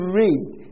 raised